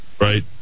right